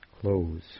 Clothes